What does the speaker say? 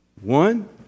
One